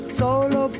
solo